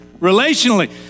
relationally